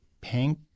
pink